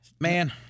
Man